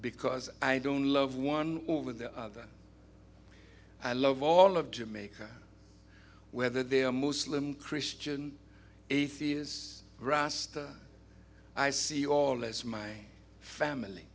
because i don't love one over the other i love all of jamaica whether they're muslim christian atheist raster i see all as my family